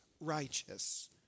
righteous